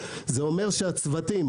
זה אומר שהצוותים,